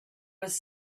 was